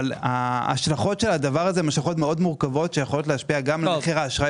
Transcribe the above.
אבל ההשלכות של זה מאוד מורכבות שיכולות להשפיע גם על מחיר האשראי